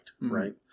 right